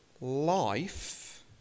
life